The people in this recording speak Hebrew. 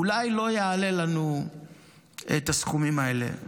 אולי זה לא יעלה לנו בסכומים האלה.